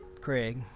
Craig